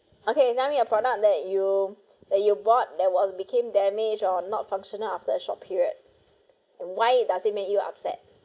okay tell me a product that you that you bought that was became damaged or not functional after a short period why it doesn't make you upset